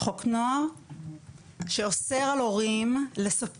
חבר הכנסת אלון טל, אנחנו אמרנו שהוא חייב לצאת